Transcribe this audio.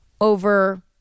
over